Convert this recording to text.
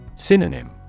Synonym